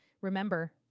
Remember